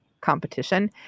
competition